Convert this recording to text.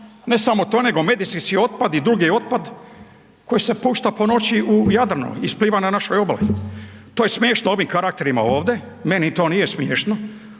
ne samo to nego medicinski otpad i drugi otpad koji se pušta po noći u Jadranu i ispliva na našoj obali. To je smiješno ovim karakterima ovdje, meni to nije smiješno.